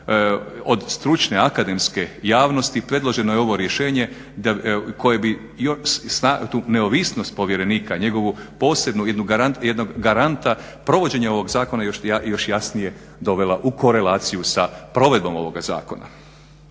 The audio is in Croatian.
od stručne, akademske javnosti predloženo je ovo rješenje koje bi neovisnost povjerenika, njegovu posebnost jednog garanta provođenja ovog zakona još jasnije dovela u korelaciju sa provedbom ovoga zakona.